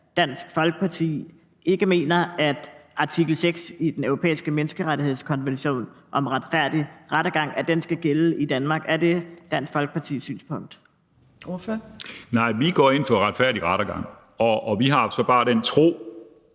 at Dansk Folkeparti ikke mener, at artikel 6 i Den Europæiske Menneskerettighedskonvention om retfærdig rettergang skal gælde i Danmark. Er det Dansk Folkepartis synspunkt? Kl. 13:51 Fjerde næstformand (Trine Torp): Ordføreren.